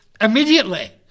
Immediately